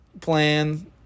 plan